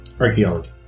Archaeology